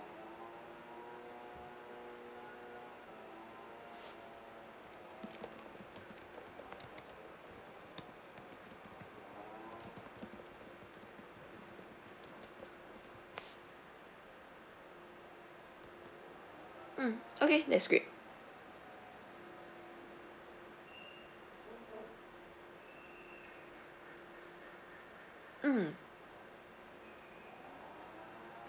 mm okay that's great mm